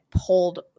pulled